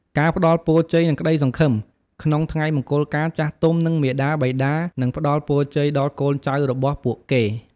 ការផ្តល់ពរជ័យ និងក្ដីសង្ឃឹម ក្នុងថ្ងៃមង្គលការ ចាស់ទុំ និងមាតាបិតានឹងផ្តល់ពរជ័យដល់កូនចៅរបស់ពួកគេ។